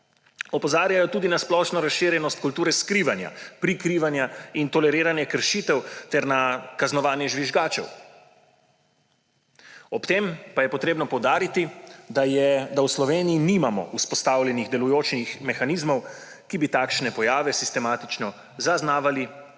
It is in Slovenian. Opozarjajo tudi na splošno razširjenost kulture skrivanja, prikrivanja in toleriranja kršitev ter na kaznovanje žvižgačev. Ob tem pa je potrebno poudariti, da v Sloveniji nimamo vzpostavljenih delujočih mehanizmov, ki bi takšne pojave sistematično zaznavali in